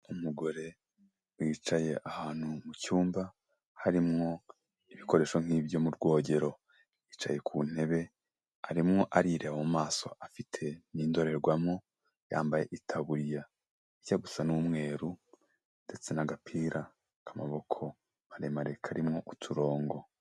Umugore wicaye ahantu mu cyumba harimo ibikoresho nkibyo mu rwogero, yicaye ku ntebe arimo arireba mu maso afite n'indorerwamo, yambaye itaburiya ijya gusa n'umweru ndetse n'agapira k'amaboko maremare karimo uturongo.